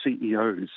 CEOs